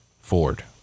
Ford